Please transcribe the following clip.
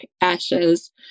ashes